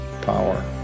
power